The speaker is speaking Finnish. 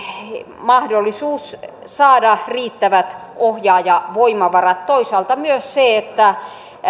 mahdollisuus saada riittävät ohjaajavoimavarat toisaalta myös se että